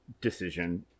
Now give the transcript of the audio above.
decision